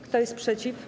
Kto jest przeciw?